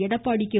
Edappadi K